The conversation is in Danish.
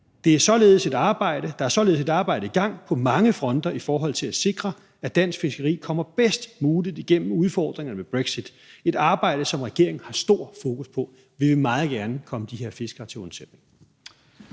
Der er således et arbejde i gang på mange fronter i forhold til at sikre, at dansk fiskeri kommer bedst muligt igennem udfordringerne med brexit – et arbejde, som regeringen har stort fokus på. Vi vil meget gerne komme de her fiskere til undsætning.